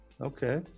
Okay